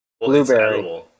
Blueberry